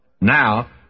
Now